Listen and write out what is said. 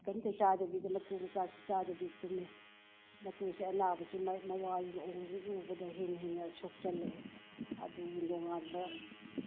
ꯀꯔꯤ ꯑꯃꯠꯇ ꯆꯥꯗꯕꯤꯗ ꯃꯇꯨ ꯃꯆꯥꯁꯨ ꯆꯥꯗꯕꯤꯗ ꯇꯨꯝꯃꯦ ꯃꯇꯨꯁꯦ ꯑꯅꯥꯕꯁꯦ ꯃꯥꯒꯤ ꯃꯋꯥꯒꯤ ꯃꯑꯣꯡꯁꯤ ꯎꯕꯗ ꯍꯦꯟꯅ ꯍꯦꯟꯅ ꯁꯣꯛꯆꯜꯂꯛꯑꯦ ꯑꯗꯨꯒꯤ ꯅꯣꯉꯥꯜꯂꯒ